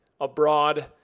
abroad